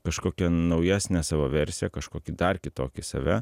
kažkokią naujesnę savo versiją kažkokį dar kitokį save